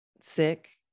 sick